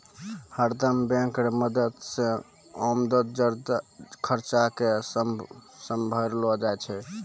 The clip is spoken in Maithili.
हरदम बैंक रो मदद से आमद खर्चा के सम्हारलो जाय छै